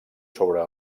sobre